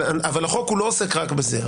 אבל החוק לא עוסק רק בזה.